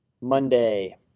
monday